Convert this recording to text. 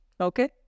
Okay